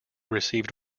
received